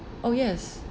oh yes